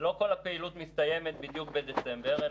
לא כל הפעילות מסתיימת בדיוק בדצמבר,